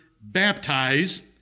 baptize